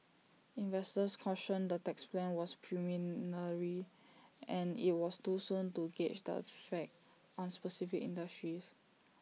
investors cautioned the tax plan was preliminary and IT was too soon to gauge the effect on specific industries